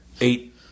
eight